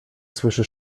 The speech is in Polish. słyszy